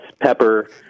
Pepper